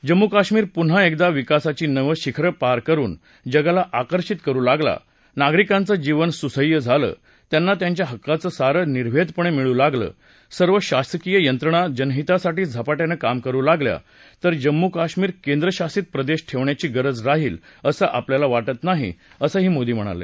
जम्मू कश्मीर पुन्हा एकदा विकासाची नवं शिखरं पार करुन जगाला आकर्षित करु लागला नागरिकांचं जीवन सुसह्य झालं त्यांना त्यांच्या हक्काचं सारं निर्वेधपणे मिळू लागलं सर्व शासकीय यंत्रणा जनहितासाठी झपाट्यानं काम करु लागल्या तर जम्मू कश्मीर केंद्रशासित प्रदेश ठेवण्याची गरज राहील असं आपल्याला वाटत नाही असं मोदी म्हणाले